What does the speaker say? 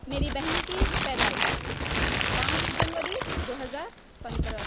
میری بہن کی پیدائش پانچ جنوری دوہزار پندرہ